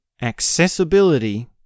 accessibility